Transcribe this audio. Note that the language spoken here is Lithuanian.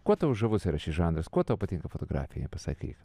kuo tau žuvus yra šis žanras kuo tau patinka fotografija pasakyk